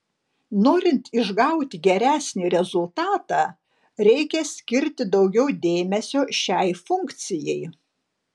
norint išgauti geresnį rezultatą reikia skirti daugiau dėmesio šiai funkcijai